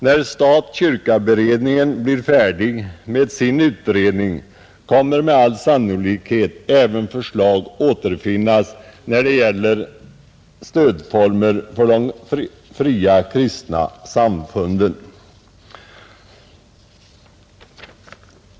När stat—kyrka-beredningen blir färdig med sin utredning, kommer med all sannolikhet förslag att återfinnas även när det gäller stödformer för de fria kristna samfunden.